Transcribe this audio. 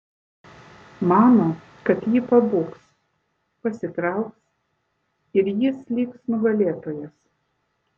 mano kad ji pabūgs pasitrauks ir jis liks nugalėtojas